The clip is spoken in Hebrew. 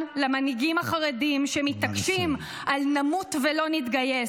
למנהיגים החרדים שמתעקשים על נמות ולא נתגייס: